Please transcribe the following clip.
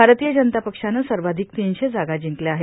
भारतीय जनता पक्षानं सर्वाधिक तीनशे तीन जागा जिंकल्या आहे